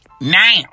now